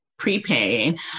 prepaying